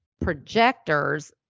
projectors